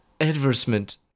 advertisement